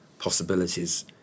possibilities